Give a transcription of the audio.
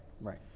Right